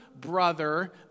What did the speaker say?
brother